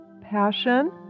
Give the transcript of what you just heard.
passion